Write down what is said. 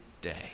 day